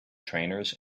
trainers